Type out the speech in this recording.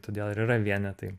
todėl ir yra vienetai